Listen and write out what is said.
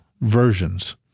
versions